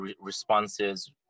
responses